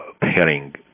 pairing